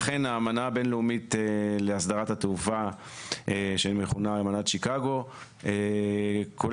אכן האמנה הבין-לאומית להסדרת התעופה שמכונה אמנת שיקגו כוללת